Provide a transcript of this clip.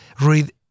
read